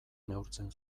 neurtzen